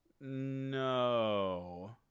No